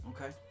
Okay